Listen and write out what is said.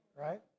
Right